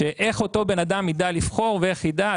שאיך אותו בן אדם יידע לבחור ואיך יידע?